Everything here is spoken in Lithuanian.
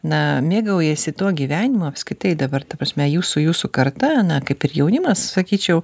na mėgaujasi tuo gyvenimu apskritai dabar ta prasme jūsų jūsų karta na kaip ir jaunimas sakyčiau